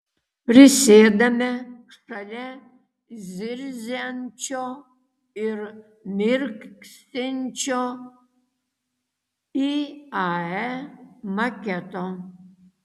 prisėdame šalia zirziančio ir mirksinčio iae maketo